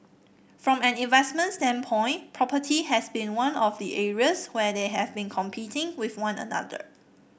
from an investment standpoint property has been one of the areas where they have been competing with one another